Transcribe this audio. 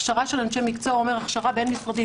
הכשרה של אנשי מקצוע אומרת הכשרה בין-משרדית,